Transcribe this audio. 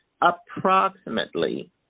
Approximately